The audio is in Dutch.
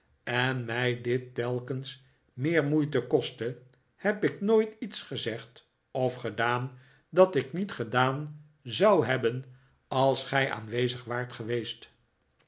en mij dit telkens meer moeite kostte heb ik nooit iets gezegd of gedaan dat ik niet gedaan zou hebben als gij aanwezig waart geweest